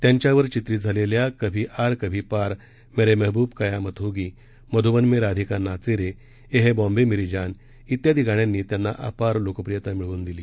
त्यांच्यावर चित्रित झालेल्या कभी आर कभी पार मेरे महब्ब कयामत होगी मध्बन में राधिका नाचे रे ये है बॉम्बे मेरी जान इत्यादी गाण्यांनी त्यांना अपार लोकप्रियता मिळवून दिली